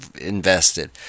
invested